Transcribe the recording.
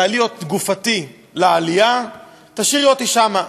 תעלי את גופתי לעלייה, תשאירי אותי שם.